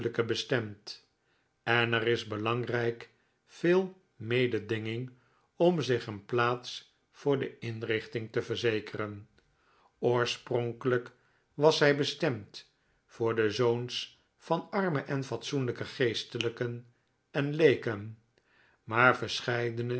bestemd en er is belangrijk veel mededinging om zich een plaats voor de inrichting te verzekeren oorspronkelijk was zij bestemd voor de zoons van arme en fatsoenlijke geestelijken en leeken maar